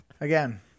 again